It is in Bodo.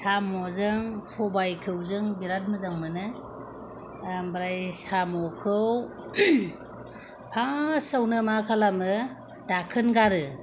साम'जों सबायखौजों बिराथ मोजां मोनो ओमफ्राय साम'खौ फास आवनो मा खालामो दाखोन गारो